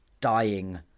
dying